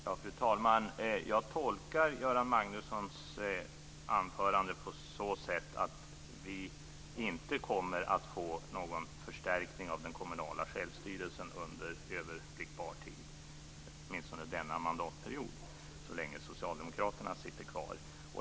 Fru talman! Jag tolkar Göran Magnusson på så sätt att vi inte kommer att få någon förstärkning av den kommunala självstyrelsen under överblickbar tid, dvs. åtminstone denna mandatperiod, så länge Socialdemokraterna sitter kvar.